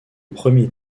premier